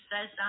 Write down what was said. says